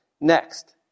Next